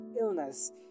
illness